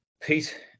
Pete